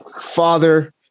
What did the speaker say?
father